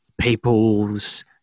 people's